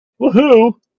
woohoo